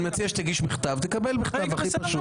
אני מציע שתגיש בכתב, תקבל בכתב, הכי פשוט.